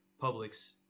Publix